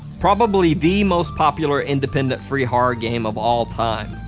probably the most popular independent free horror game of all time.